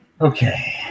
Okay